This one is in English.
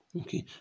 Okay